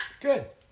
good